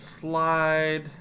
slide